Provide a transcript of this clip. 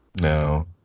no